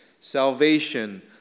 salvation